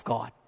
God